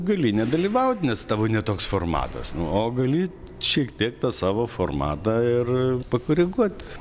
gali nedalyvaut nes tavo ne toks formatas nu o gali šiek tiek tą savo formatą ir pakoreguot